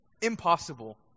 Impossible